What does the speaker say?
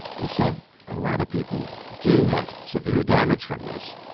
he said a lot of people do have severe damage from this.